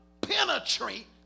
Penetrate